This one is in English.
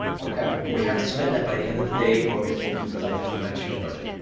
okay, we have to spend that by the end of the day or it will be deducted from next year's budget